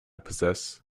possess